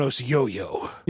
yo-yo